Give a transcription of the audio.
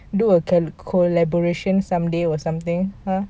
do a collaboration someday or something !huh!